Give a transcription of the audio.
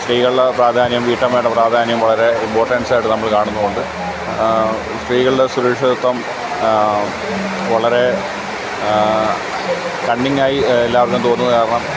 സ്ത്രീകളുടെ പ്രാധാന്യം വീട്ടമ്മയുടെ പ്രാധാന്യം വളരെ ഇമ്പോർട്ടൻസായിട്ട് നമ്മൾ കാണുന്നും ഉണ്ട് സ്ത്രീകളുടെ സുരക്ഷിതത്വം വളരെ കണ്ണിങ്ങായി എല്ലാവർക്കും തോന്നുന്ന കാരണം